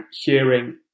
hearing